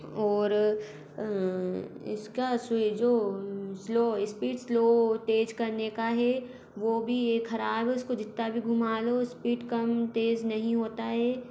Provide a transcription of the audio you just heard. और इसका सुई जो स्लो इस्पीड स्लो तेज़ करने का है वो भी ये खराब है उसको जितना भी घुमा लो स्पीड कम तेज़ नहीं होता है